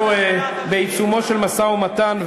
בעיצומו של משא-ומתן,